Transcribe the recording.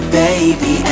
baby